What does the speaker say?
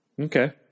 Okay